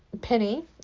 Penny